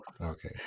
Okay